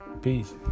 Peace